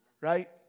right